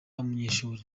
umunyeshuri